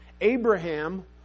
Abraham